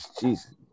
Jesus